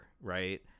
right